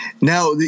Now